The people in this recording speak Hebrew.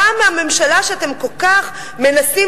גם הממשלה שאתם מנסים כל כך להשמיץ,